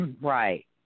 Right